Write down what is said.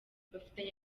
bafitanye